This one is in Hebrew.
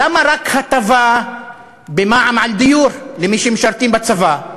למה רק הטבה במע"מ על דיור למי שמשרתים בצבא?